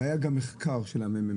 והיה גם מחקר של הממ"מ,